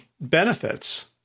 benefits